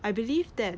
I believe that